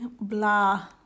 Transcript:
blah